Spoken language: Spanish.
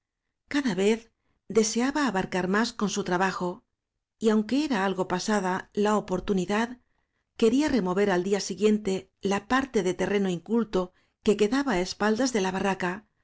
cada vez deseaba abarcar más con su trabajo y aunque era algo pasada la oportu áñ nidad quería remover al día siguiente la parte de terreno inculto que quedaba á espaldas de la barraca